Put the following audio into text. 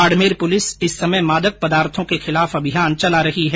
Barmer police इस समय मादक पदार्थो के खिलाफ अभियान चला रही है